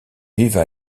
vivent